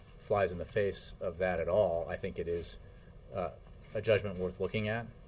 flies in the face of that at all. i think it is a judgment worth looking at